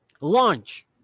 Launch